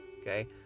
Okay